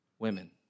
women